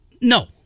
No